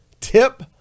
tip